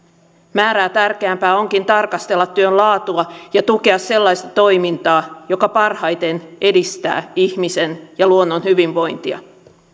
määrää tärkeämpää onkin tarkastella työn laatua ja tukea sellaista toimintaa joka parhaiten edistää ihmisen ja luonnon hyvinvointia